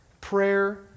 Prayer